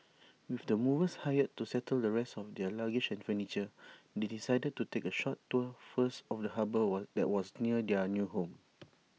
with the movers hired to settle the rest of their luggage and furniture they decided to take A short tour first of the harbour was that was near their new home